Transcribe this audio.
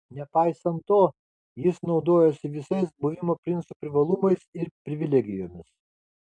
nepaisant to jis naudojasi visais buvimo princu privalumais ir privilegijomis